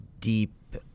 deep